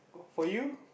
for you